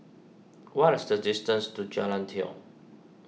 what is the distance to Jalan Tiong